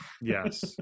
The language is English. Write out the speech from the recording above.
yes